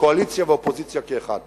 קואליציה ואופוזיציה כאחד.